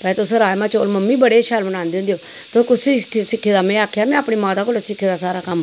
ते तुस भई राजमांह् चौल मम्मी बड़े शैल बनांदे होंदे ते तुसें कुत्थें सिक्खे दा में आक्खेआ में अपनी माता कोला सारा सिक्खे दा एह् कम्म